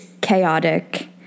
chaotic